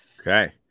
Okay